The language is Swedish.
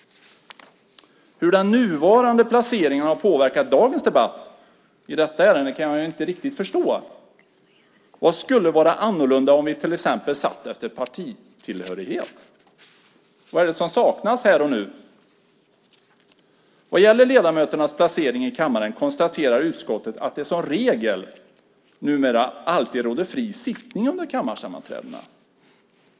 Hur den nuvarande placeringen har påverkat dagens debatt i detta ärende kan jag inte riktigt förstå. Vad skulle vara annorlunda om vi satt efter till exempel partitillhörighet? Vad är det som saknas här och nu? Vad gäller ledamöternas placering i kammaren konstaterar utskottet att det som regel numera alltid råder fri sittning under kammarsammanträdena.